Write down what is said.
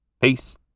Peace